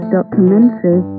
Documentary